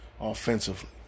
offensively